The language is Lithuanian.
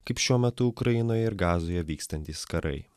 kaip šiuo metu ukrainoje ir gazoje vykstantys karai